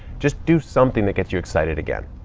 just do something that gets you excited again.